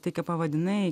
tai ką pavadinai